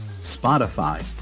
Spotify